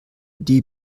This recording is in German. die